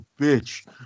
bitch